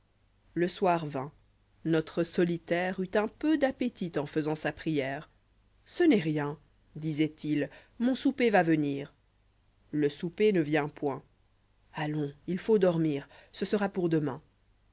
le soir vint notre solitaire eut un peu d'appétit en faisant sa prière ce n'est rien disoit-il mon souper va venir le souper ne vient point allons il faut dormir ce sera pour demain